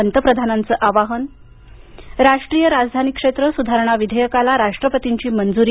पंतप्रधानांचं आवाहन राष्ट्रीय राजधानी क्षेत्र सुधारणा विधेयकाला राष्ट्रपतींची मंजुरी